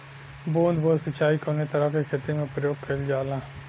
बूंद बूंद सिंचाई कवने तरह के खेती में प्रयोग कइलजाला?